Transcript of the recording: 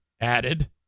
added